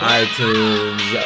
iTunes